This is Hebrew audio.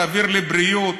ותעביר לבריאות,